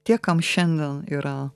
tie kam šiandien yra